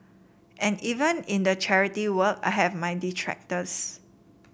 and even in the charity work I have my detractors